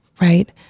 right